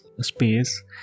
space